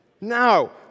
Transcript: No